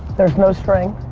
there was no string.